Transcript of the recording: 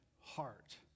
heart